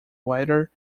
wider